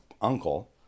uncle